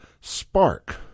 spark